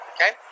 Okay